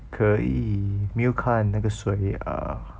可以没有看那个谁 uh